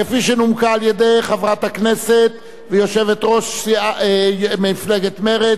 כפי שנומקה על-ידי חברת הכנסת ויושבת-ראש מפלגת מרצ,